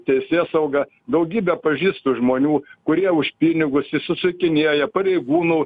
teisėsauga daugybę pažįstu žmonių kurie už pinigus išsisukinėja pareigūnų